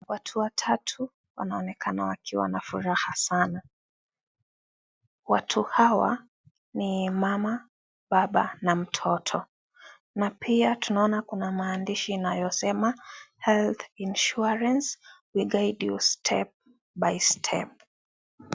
Watu watatu wanaonekana wakiwa na furaha sana. Watu Hawa ni mama, baba na mtoto na pia tunaona kuna maandishi inayosema health insurance. We will guide you step by step .